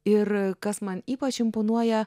ir kas man ypač imponuoja